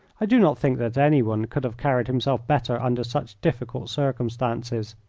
i do not think that anyone could have carried himself better under such difficult circumstances.